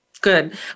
Good